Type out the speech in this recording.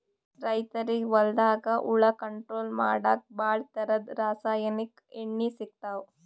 ರೈತರಿಗ್ ಹೊಲ್ದಾಗ ಹುಳ ಕಂಟ್ರೋಲ್ ಮಾಡಕ್ಕ್ ಭಾಳ್ ಥರದ್ ರಾಸಾಯನಿಕ್ ಎಣ್ಣಿ ಸಿಗ್ತಾವ್